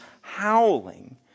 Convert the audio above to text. howling